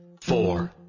four